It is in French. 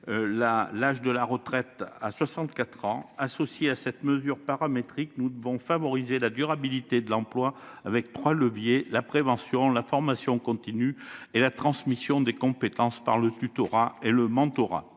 l'âge de la retraite à 64 ans. En complément de cette mesure paramétrique, nous devons favoriser la durabilité de l'emploi des seniors par l'action de trois leviers : la prévention, la formation continue et la transmission des compétences par le tutorat et le mentorat-